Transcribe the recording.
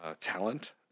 talent